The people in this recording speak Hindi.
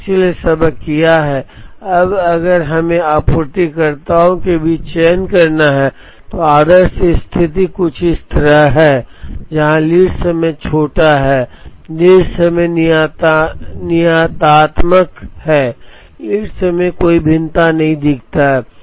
इसलिए सबक यह है अब अगर हमें आपूर्तिकर्ताओं के बीच चयन करना है तो आदर्श स्थिति कुछ इस तरह है जहां लीड समय छोटा है लीड समय नियतात्मक है लीड समय में कोई भिन्नता नहीं दिखता हैं